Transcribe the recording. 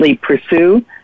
pursue